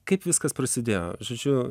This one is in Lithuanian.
kaip viskas prasidėjo žodžiu